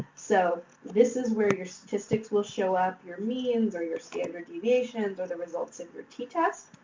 so, this is where your statistics will show up, your means, or your standard deviations, or the results of your t-test.